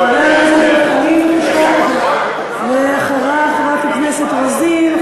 חבר הכנסת דב חנין, ואחריו, חברת הכנסת רוזין.